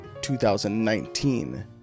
2019